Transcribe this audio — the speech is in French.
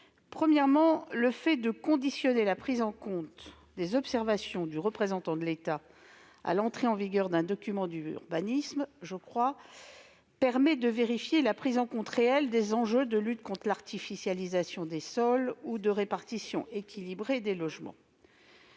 Premièrement, le fait de conditionner la prise en compte des observations du représentant de l'État à l'entrée en vigueur d'un document d'urbanisme permet, je crois, de vérifier la prise en compte réelle des enjeux de lutte contre l'artificialisation des sols ou de répartition équilibrée des logements.